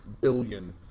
billion